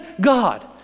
God